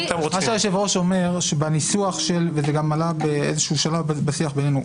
היושב-ראש אומר וזה גם עלה באיזשהו שלב בשיח בינינו,